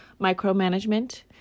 micromanagement